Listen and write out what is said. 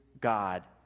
God